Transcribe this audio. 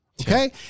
Okay